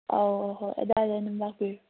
ꯑꯥꯎ ꯍꯣꯏ ꯑꯗꯨꯋꯥꯏꯗ ꯑꯗꯨꯝ ꯂꯥꯛꯄꯤꯔꯣ